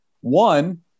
one